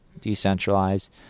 decentralized